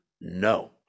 No